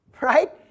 Right